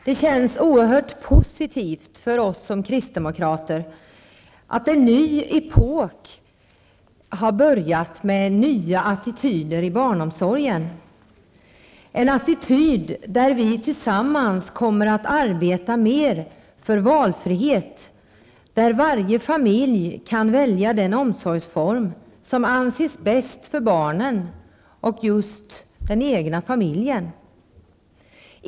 Det känns oerhört positivt för oss såsom kristdemokrater att en ny epok har börjat med en ny attityd till barnomsorgen, en attityd där vi tillsammans kommer att arbeta för mer valfrihet och där varje familj kan välja den omsorgsform som anses bäst för barnen och just den egna familjen.